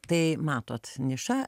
tai matot niša